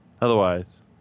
Otherwise